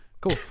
Cool